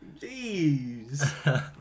jeez